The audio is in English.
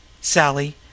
Sally